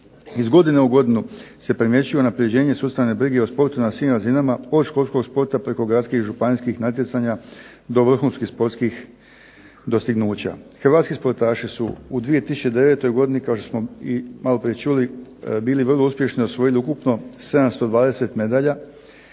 Iz godine u godinu se primjećuje unapređenje sustavne brige o sportu na svim razinama, od školskog sporta preko gradskih i županijskih natjecanja, do vrhunskih sportskih dostignuća. Hrvatski sportaši su u 2009. godine, kao što smo i maloprije čuli bili vrlo uspješni, osvojili ukupno 720 medalja,